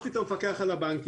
עירבתי את המפקח על הבנקים.